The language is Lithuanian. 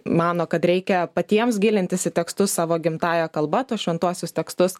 mano kad reikia patiems gilintis į tekstus savo gimtąja kalba tuos šventuosius tekstus